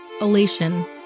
elation